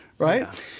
Right